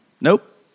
Nope